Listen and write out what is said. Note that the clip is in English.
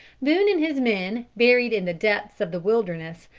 boone and his men, buried in the depths of the wilderness,